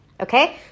okay